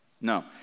No